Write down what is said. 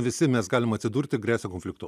visi mes galim atsidurt ir gresia konfliktu